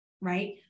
right